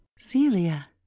CELIA